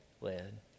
led